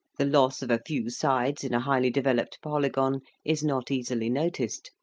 the loss of a few sides in a highly-developed polygon is not easily noticed,